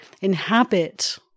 inhabit